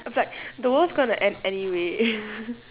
but the world's gonna end anyway